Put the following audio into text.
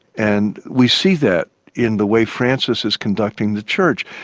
and we see that in the way francis is conducting the church.